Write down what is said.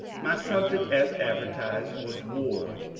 my subject as adrertised was war,